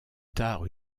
tard